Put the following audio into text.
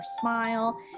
smile